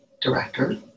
director